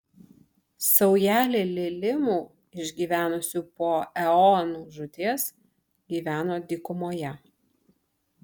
saujelė lilimų išgyvenusių po eonų žūties gyveno dykumoje